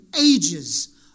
ages